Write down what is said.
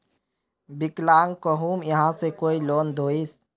विकलांग कहुम यहाँ से कोई लोन दोहिस?